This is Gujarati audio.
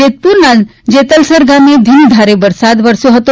જેતપુરના જેતલસર ગામે ધીમી ધારેવરસાદ વરસ્યો હતો